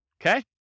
Okay